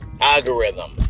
algorithm